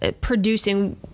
producing